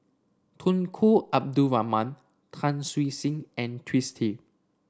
Tunku Abdul Rahman Tan Siew Sin and Twisstii